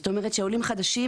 זאת אומרת, שעולים חדשים